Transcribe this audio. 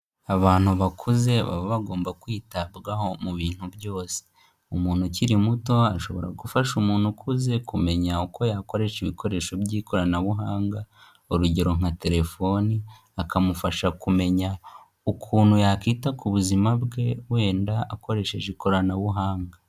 Abantu bakuze baba bagomba kwitabwaho mu bintu byose. Umuntu ukiri muto ashobora gufasha umuntu ukuze kumenya uko yakoresha ibikoresho by'ikoranabuhanga, urugero nka telefoni, akamufasha kumenya ukuntu yakwita ku buzima bwe, wenda akoresheje ikoranabuhanga.